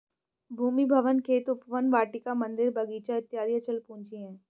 भूमि, भवन, खेत, उपवन, वाटिका, मन्दिर, बगीचा इत्यादि अचल पूंजी है